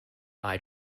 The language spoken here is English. eye